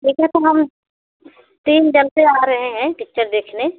ठीक है तो हम तीन जन से आ रहे हैं पिक्चर देखने